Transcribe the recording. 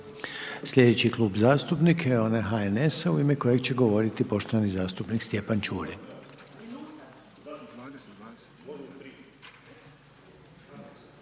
Slijedeći Klub zastupnika HSS-a u ime kojeg će govoriti poštovani zastupnik Davor